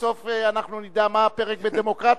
שסוף-סוף אנחנו נדע מה הפרק בדמוקרטיה.